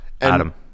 Adam